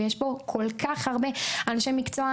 ויש פה כל כך הרבה אנשי מקצוע,